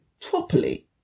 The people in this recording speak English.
properly